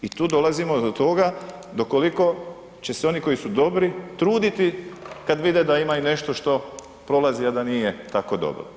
I tu dolazimo do toga do koliko će se oni koji su dobri truditi kad vide da imaju nešto što prolazi a da nije tako dobro.